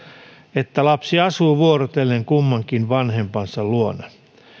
että lapsi asuu vuorotellen kummankin vanhempansa luona